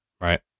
Right